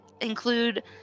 include